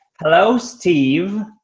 hello, steve!